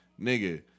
nigga